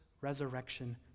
resurrection